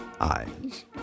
eyes